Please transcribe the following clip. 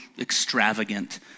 extravagant